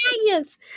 Yes